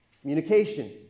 communication